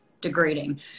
degrading